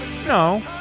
No